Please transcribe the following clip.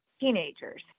teenagers